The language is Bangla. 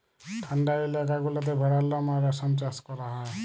ঠাল্ডা ইলাকা গুলাতে ভেড়ার লম আর রেশম চাষ ক্যরা হ্যয়